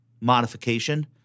modification